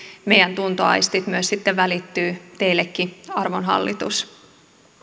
meidän tuntoaistimme myös sitten välittyvät teillekin arvon hallitus